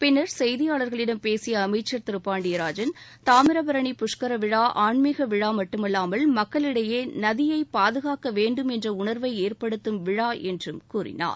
பின்னர் செய்தியாளர்களிடம் பேசிய அமைச்சர் திருபாண்டியராஜன் தாமிரபரணி புஷ்கர விழா ஆன்மீக விழா மட்டுமல்லாமல் மக்களிடையே நதியை பாதகாக்க வேண்டும் என்ற உணர்வை ஏற்படுத்தும் விழா என்றும் கூறினார்